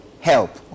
help